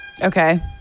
Okay